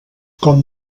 com